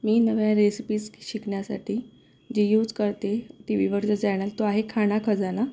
मी नव्या रेसिपीस शिकण्यासाठी जे यूज करते टीवीवरचं चॅनल तो आहे खाना खजाना